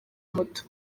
moto